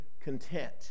content